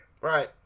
Right